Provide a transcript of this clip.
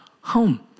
home